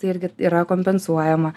tai irgi yra kompensuojama